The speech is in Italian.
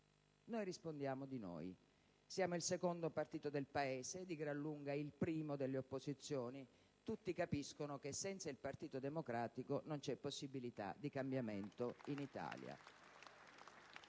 Noi rispondiamo di noi. Siamo il secondo partito del Paese, di gran lunga il primo delle opposizioni. Tutti capiscono che, senza il Partito Democratico, non c'è possibilità di cambiamento in Italia.